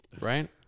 Right